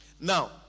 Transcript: Now